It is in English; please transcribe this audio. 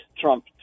trump